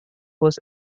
was